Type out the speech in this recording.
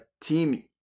team